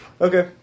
Okay